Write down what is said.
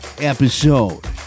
episode